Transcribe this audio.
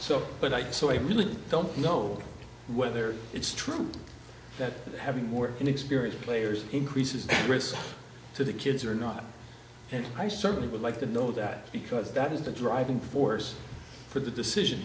so but i do so i really don't know whether it's true that having more inexperienced players increases the risk to the kids or not and i certainly would like to know that because that is the driving force for the decision